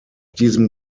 diesem